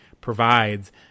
provides –